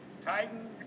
Titans